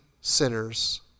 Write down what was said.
sinners